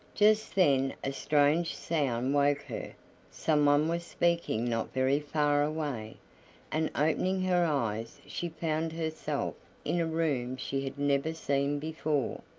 just then a strange sound woke her someone was speaking not very far away and opening her eyes she found herself in a room she had never seen before,